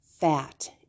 fat